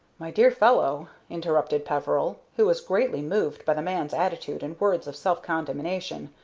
my dear fellow, interrupted peveril, who was greatly moved by the man's attitude and words of self-condemnation.